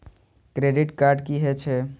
Credit card की हे छे?